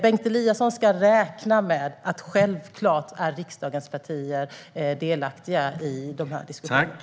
Bengt Eliasson ska därför räkna med att riksdagens partier självklart ska vara delaktiga i dessa diskussioner.